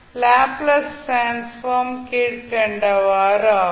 Laplace transform கீழ்கண்டவாறு ஆகும்